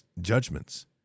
judgments